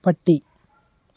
പട്ടി